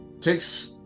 takes